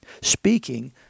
speaking